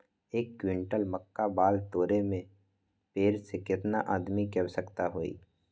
एक क्विंटल मक्का बाल तोरे में पेड़ से केतना आदमी के आवश्कता होई?